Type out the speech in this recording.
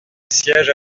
siège